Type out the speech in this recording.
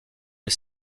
les